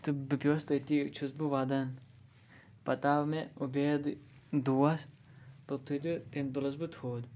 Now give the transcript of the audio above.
تہٕ بہٕ پیوٚس تٔتھٕے چھُس بہٕ ودان پتہٕ آو مےٚ عُبید دوس تۄتھٕے تہٕ تٔمۍ تُلُس بہٕ تھوٚد